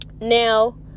now